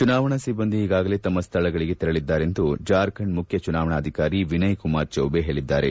ಚುನಾವಣಾ ಸಿಬ್ಬಂದಿ ಈಗಾಗಲೇ ತಮ್ಮ ಶ್ಥಳಗಳಗೆ ತೆರಳಿದ್ದಾರೆಂದು ಜಾರ್ಖಂಡ್ ಮುಖ್ಯ ಚುನಾವಣಾಧಿಕಾರಿ ವಿನಯ್ ಕುಮಾರ್ ಚೌಬೆ ಹೇಳಿದ್ದಾರೆ